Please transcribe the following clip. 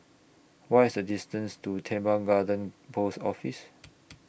What IS The distance to Teban Garden Post Office